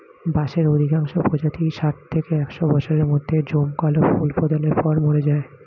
বাঁশের অধিকাংশ প্রজাতিই ষাট থেকে একশ বছরের মধ্যে জমকালো ফুল প্রদানের পর মরে যায়